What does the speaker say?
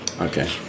Okay